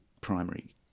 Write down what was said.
primary